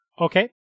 Okay